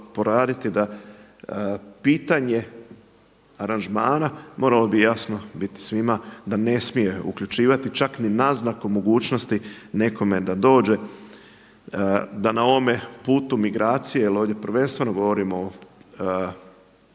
da pitanje aranžmana moralo bi jasno biti svima da ne smije uključivati čak ni naznaku mogućnosti nekome da dođe, da na ovome putu migracije jer ovdje prvenstveno govorimo,